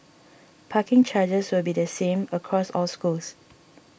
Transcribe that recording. parking charges will be the same across all schools